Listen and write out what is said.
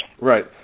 Right